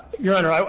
your honor,